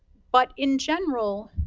but, in general,